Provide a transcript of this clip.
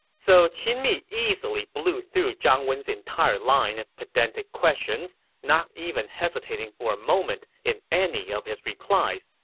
so qin mi easily blew through zhang wen's entire line of pedantic questions, not even hesitating for a moment in any of his replies,